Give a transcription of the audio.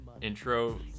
intro